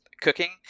cooking